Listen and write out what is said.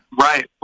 right